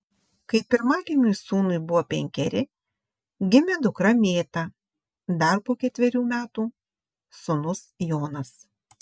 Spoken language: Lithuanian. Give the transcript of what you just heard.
kai pirmagimiui sūnui buvo penkeri gimė dukra mėta dar po ketverių metų sūnus jonas